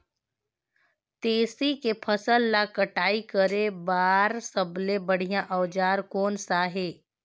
तेसी के फसल ला कटाई करे बार सबले बढ़िया औजार कोन सा हे?